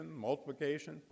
multiplication